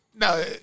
no